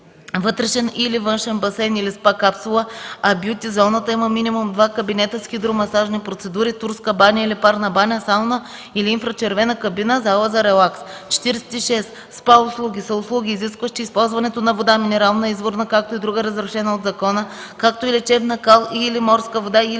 вътрешен и/или външен басейн или спа капсула, а бюти зоната има минимум 2 кабинета с хидромасажни процедури, турска баня или парна баня, сауна или инфрачервена кабина, зала за релакс. 46. „СПА услуги” са услуги, изискващи използването на вода (минерална, изворна, както и друга разрешена от закона), както и лечебна кал и/или морска вода, и/или